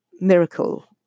miracle